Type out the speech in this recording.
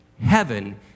Heaven